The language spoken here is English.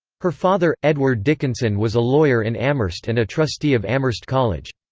her father, edward dickinson was a lawyer in amherst and a trustee of amherst college.